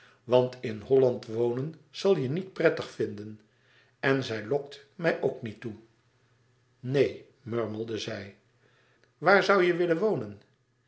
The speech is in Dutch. want in holland wonen zal je niet prettig vinden en lokt mij ook niet toe neen murmelde zij waar zoû je willen wonen